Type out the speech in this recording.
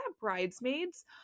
Bridesmaids